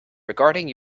regarding